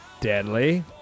Deadly